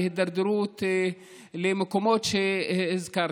להידרדרות למקומות שהזכרתי.